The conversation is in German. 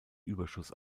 überschuss